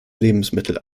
lebensmittel